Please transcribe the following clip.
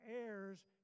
heirs